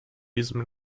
diesem